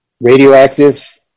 radioactive